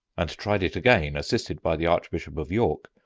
and tried it again, assisted by the archbishop of york,